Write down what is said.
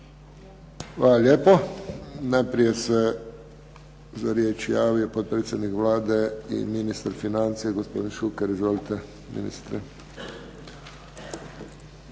Hvala lijepo. Najprije se za riječ javio potpredsjednik Vlade i ministar financija gospodin Šuker. Izvolite ministre.